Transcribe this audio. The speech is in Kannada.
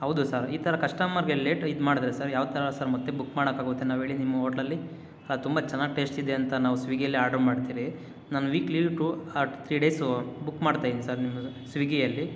ಹೌದು ಸರ್ ಈ ಥರ ಕಸ್ಟಮರ್ಗೆ ಲೇಟ್ ಇದು ಮಾಡಿದರೆ ಸರ್ ಯಾವ ಥರ ಸರ್ ಮತ್ತು ಬುಕ್ ಮಾಡೋಕೆ ಆಗುತ್ತೆ ನಾವು ಹೇಳಿ ನಿಮ್ಮ ಹೋಟ್ಲಲ್ಲಿ ತುಂಬ ಚೆನ್ನಾಗಿ ಟೆಸ್ಟ್ ಇದೆ ಅಂತ ನಾವು ಸ್ವೀಗ್ಗಿಯಲ್ಲಿ ಆರ್ಡ್ರು ಮಾಡ್ತೀವಿ ನಾನು weekly two or three days book ಮಾಡ್ತಾ ಇದ್ದೀನಿ ಸರ್ ಸ್ವೀಗ್ಗಿಯಲ್ಲಿ